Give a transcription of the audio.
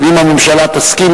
ואם הממשלה תסכים,